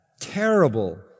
terrible